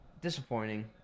disappointing